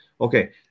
okay